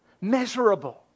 measurable